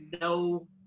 no